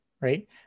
right